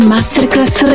Masterclass